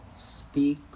speak